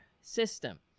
system